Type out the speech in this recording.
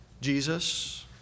Jesus